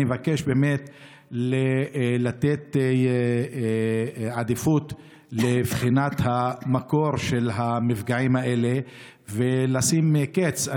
אני מבקש לתת עדיפות לבחינת המקור של המפגעים האלה ולשים להם קץ.